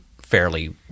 fairly